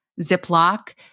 Ziploc